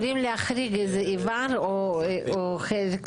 יכולים להחריג איזה איבר או חלק.